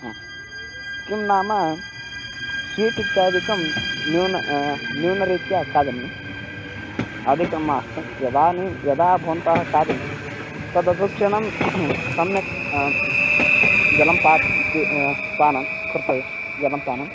ह्म् किं नाम स्वीट् इत्यादिकं न्यूनं न्यूनरीत्या खादनीयम् अधिकं मास्तु यदा नि यदा भवन्तः खादन्ति तद् अनुक्षणं सम्यक् जलं पानं पानं कर्तव्यं जलपानं